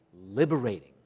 liberating